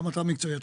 גם אתה מקצועי.